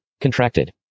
Contracted